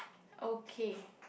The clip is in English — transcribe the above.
okay